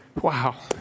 Wow